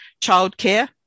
childcare